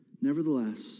Nevertheless